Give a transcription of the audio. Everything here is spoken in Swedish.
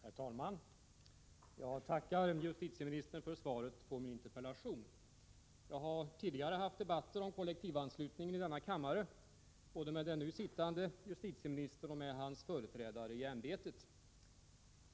Herr talman! Jag tackar justitieministern för svaret på min interpellation. Jag har tidigare haft debatter i denna kammare om kollektivanslutning både med den nu sittande justitieministern och med hans företrädare i ämbetet.